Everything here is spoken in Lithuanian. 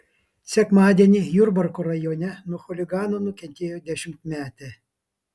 sekmadienį jurbarko rajone nuo chuliganų nukentėjo dešimtmetė